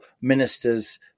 ministers